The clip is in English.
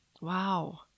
Wow